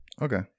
Okay